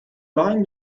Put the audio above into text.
line